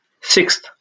Sixth